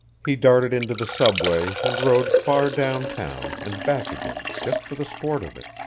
he darted into the subway and rode far downtown and back again just for the sport of it.